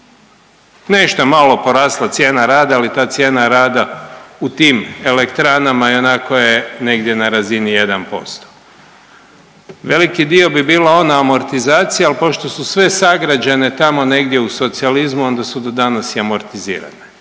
Nešta malo porasla cijena rada, ali ta cijena rada u tim elektranama ionako je negdje na razini 1%. Veliki dio bi bila ona amortizacija, ali pošto su sve sagrađene tamo negdje u socijalizmu onda su do danas i amortizirane.